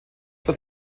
das